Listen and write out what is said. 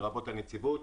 לרבות הנציבות,